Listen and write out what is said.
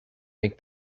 make